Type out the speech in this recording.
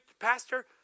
pastor